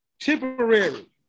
Temporary